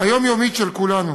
היומיומית של כולנו,